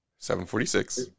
746